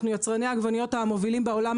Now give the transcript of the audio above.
אנחנו יצרני עגבניות המובילים בעולם,